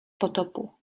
potopu